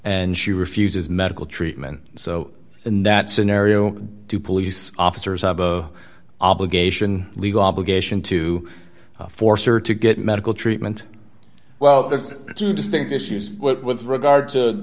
and she refuses medical treatment so in that scenario two police officers of the obligation legal obligation to force her to get medical treatment well there's two distinct issues with regard to